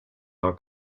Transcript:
are